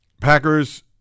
Packers